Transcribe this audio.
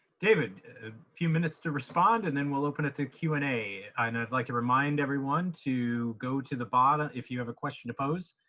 david, a few minutes to respond, and then we'll open it to q and a. and i'd like to remind everyone to go to the bottom, if you have a question to post,